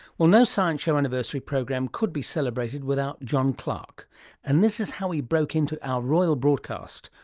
well, no science show anniversary program could be celebrated without john clarke and this is how he broke into our royal broadcast,